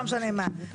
לא יודעת מה,